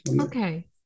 Okay